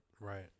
Right